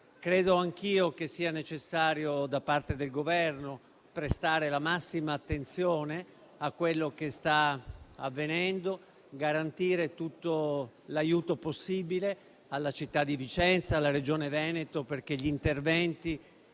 Credo anch'io che sia necessario, da parte del Governo, prestare la massima attenzione a quello che sta avvenendo, per garantire tutto l'aiuto possibile alla città di Vicenza e alla Regione Veneto, perché gli interventi